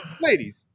Ladies